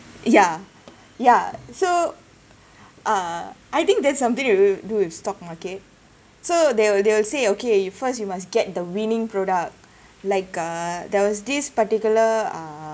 yeah yeah so uh I think there's something to do do with stock market so they will they will say okay first you must get the winning product like uh there was this particular uh